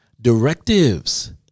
Directives